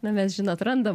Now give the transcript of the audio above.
nu mes žinot randam